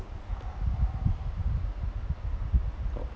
oh